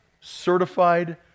certified